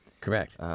Correct